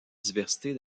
diversité